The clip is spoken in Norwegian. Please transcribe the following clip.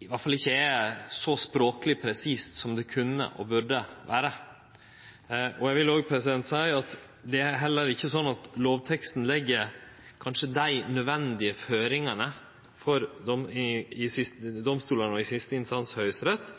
i alle fall ikkje er så språkleg presist som det kunne og burde vere. Eg vil òg seie at lovteksten kanskje ikkje legg dei nødvendige føringane for domstolane og i siste instans Høgsterett